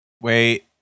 Wait